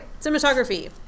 cinematography